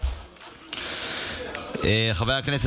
חברי הכנסת,